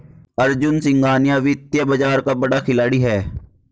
अर्जुन सिंघानिया वित्तीय बाजार का बड़ा खिलाड़ी है